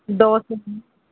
தோசைக்கி